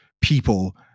people